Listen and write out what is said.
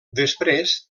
després